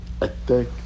attack